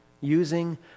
using